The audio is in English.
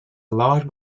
large